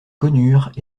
connurent